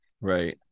Right